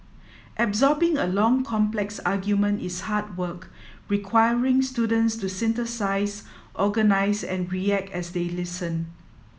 absorbing a long complex argument is hard work requiring students to synthesise organise and react as they listen